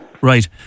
right